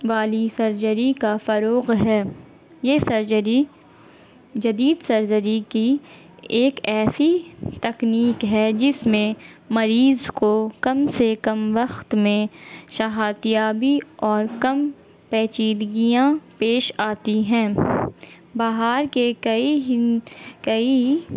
والی سرجری کا فروغ ہے یہ سرجری جدید سرجری کی ایک ایسی تکنیک ہے جس میں مریض کو کم سے کم وقت میں صحتیابی اور کم پیچیدگیاں پیش آتی ہیں بہار کے کئی ہند کئی